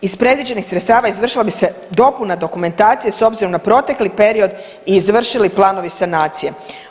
Iz predviđenih sredstava izvršila bi se dopuna dokumentacije s obzirom na protekli period i izvršili planovi sanacije.